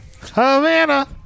Havana